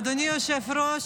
אדוני היושב-ראש,